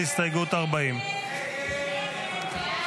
הסתייגות 40. הסתייגות 40 לא נתקבלה.